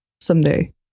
someday